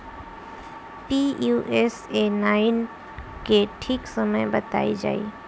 Pusa nine के ठीक समय बताई जाई?